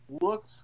look